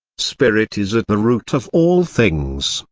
spirit is at the root of all things,